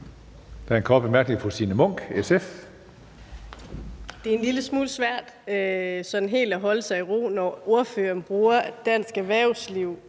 Det er en lille smule svært sådan helt at holde sig i ro, når ordføreren bruger dansk erhvervsliv